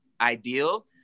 ideal